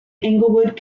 inglewood